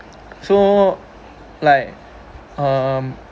so like um